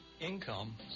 income